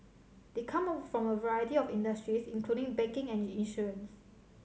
they come from a variety of industries including banking and insurance